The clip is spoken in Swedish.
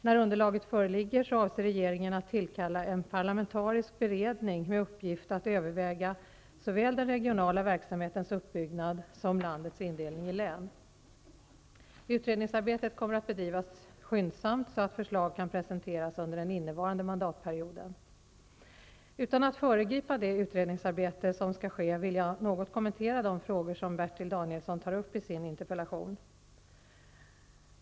När underlaget föreligger avser regeringen att tillkalla en parlamentarisk beredning med uppgift att överväga såväl den regionala verksamhetens uppbyggnad som landets indelning i län. Utredningsarbetet kommer att bedrivas skyndsamt så att förslag kan presenteras under den innevarande mandatperioden. Utan att föregripa det utredningsarbete som skall ske vill jag något kommentera de frågor som Bertil Danielsson tar upp i sin interpellation.